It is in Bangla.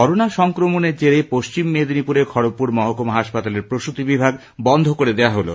করোনা সংক্রমনের জেরে পশ্চিম মেদিনীপুরে খড়াপুর মহকুমা হাসপাতালের প্রসূতি বিভাগ বন্ধ করে দেওয়া হলো